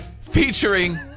featuring